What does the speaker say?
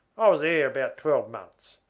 i was there about twelve months.